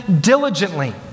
diligently